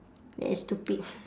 it's stupid